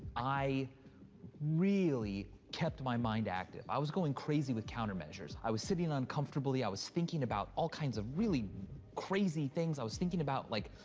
i really kept my mind active. i was going crazy with countermeasures. i was sitting uncomfortably, i was thinking about all kinds of really crazy things. i was thinking about like,